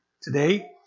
Today